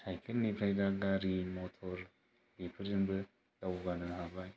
साइकेलनिफ्राय दा गारि मटर बेफोरजोंबो दावगानो हाबाय